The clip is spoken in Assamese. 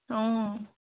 অঁ